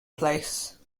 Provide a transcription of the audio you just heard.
place